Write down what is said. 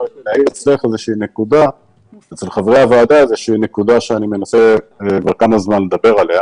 איזושהי נקודה שאני מנסה כבר זמן מה לדבר עליה